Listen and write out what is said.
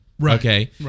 Okay